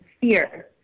fear